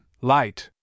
light